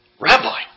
Rabbi